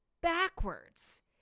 backwards